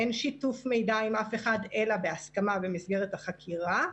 אין שיתוף מידע עם אף אחד אלא בהסכמה במסגרת החקירה,